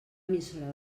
emissora